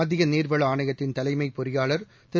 மத்திய நீர்வள ஆணையத்தின் தலைமைப் பொறியாளர் திரு